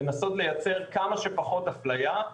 לנסות לייצר כמה שפחות אפליה.